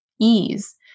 ease